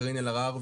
קרין אלהרר,